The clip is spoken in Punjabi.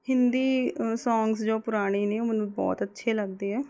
ਹਿੰਦੀ ਸੌਂਗਸ ਜੋ ਪੁਰਾਣੇ ਨੇ ਉਹ ਮੈਨੂੰ ਬਹੁਤ ਅੱਛੇ ਲੱਗਦੇ ਹੈ